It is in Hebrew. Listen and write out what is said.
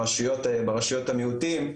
ברשויות המיעוטים,